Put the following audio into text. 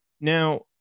Now